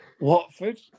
Watford